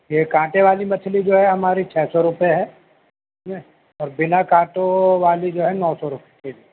یہ کانٹے والی مچھلی جو ہے ہماری چھ سو روپے ہے اس میں اور بنا کانٹوں والی جو ہے نو سو روپے کے جی